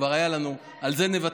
זה כבר היה לנו, על זה נוותר.